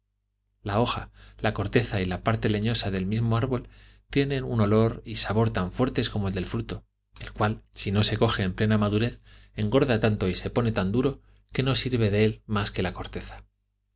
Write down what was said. la hoja la corteza y la parte leñosa del mismo árbol tienen un olor y sabor tan fuertes como el fruto el cual si no se coge en plena madurez engorda tanto y se pone tan duro que no sirve de él mas que la corteza